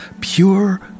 pure